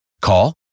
Call